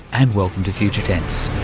and welcome to future tense.